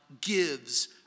gives